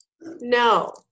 No